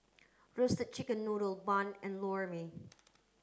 roasted chicken noodle bun and Lor Mee